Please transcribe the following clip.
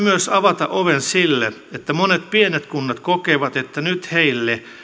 myös avata oven sille että monet pienet kunnat kokevat että nyt